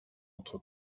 entre